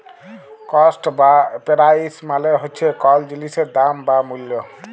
cost বা price মালে হছে কল জিলিসের দাম বা মূল্য